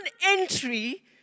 entry